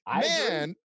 Man